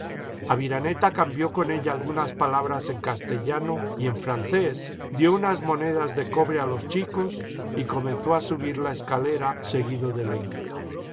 aviraneta cambió con ella algunas palabras en castellano y en francés dio unas monedas de cobre a los chicos y comenzó a subir la escalera seguido de leguía